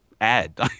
ad